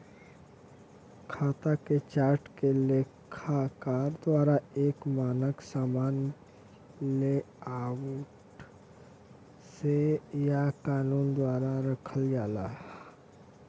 खाता के चार्ट के लेखाकार द्वारा एक मानक सामान्य लेआउट से या कानून द्वारा रखल जाला